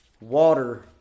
water